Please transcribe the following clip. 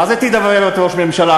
מה זה תדברר את ראש הממשלה?